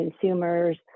consumers